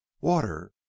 Water